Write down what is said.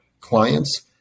clients